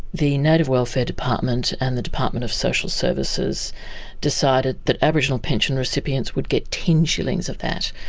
the native welfare department and the department of social services decided that aboriginal pension recipients would get ten shillings of that,